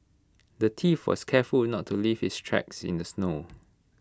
the thief was careful not to leave his tracks in the snow